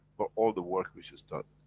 for all the work which is done.